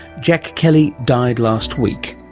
jak kelly died last week.